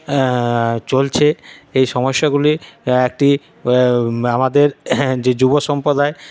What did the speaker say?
চলছে এই সমস্যাগুলির একটি আমাদের যে যুব সম্প্রদায় তাদেরকে তারা